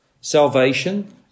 Salvation